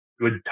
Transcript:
good